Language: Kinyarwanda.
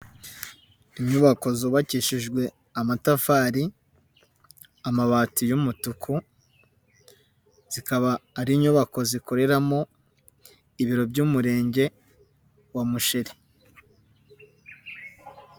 Inyubako zubakishijwe amatafari, amabati y'umutuku, zikikaba ari inyubako zikoreramo ibiro by'Umurenge wa Musheri.